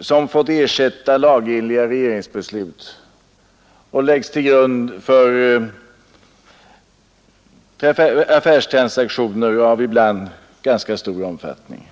som fått ersätta lagenliga regeringsbeslut och läggs till grund för affärstransaktioner av ibland ganska stor omfattning.